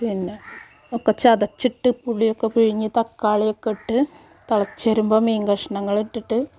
പിന്നെ ഒക്കെ ചതച്ചിട്ട് പുളിയൊക്കെ പിഴിഞ്ഞ് തക്കാളിയൊക്കെ ഇട്ട് തിളച്ചു വരുമ്പോൾ മീൻ കഷ്ണങ്ങൾ ഇട്ടിട്ട്